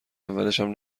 اولشم